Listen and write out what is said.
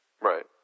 Right